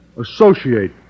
Associate